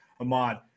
Ahmad